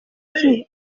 bahinzi